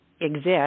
Exist